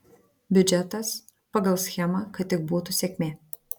biudžetas pagal schemą kad tik būtų sėkmė